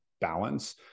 balance